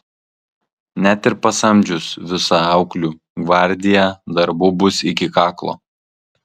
net ir pasamdžius visą auklių gvardiją darbų bus iki kaklo